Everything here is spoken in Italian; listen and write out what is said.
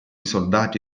soldati